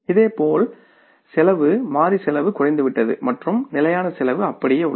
இதேபோல் செலவு மாறி செலவு குறைந்துவிட்டது மற்றும் நிலையான செலவு அப்படியே உள்ளது